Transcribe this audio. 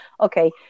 okay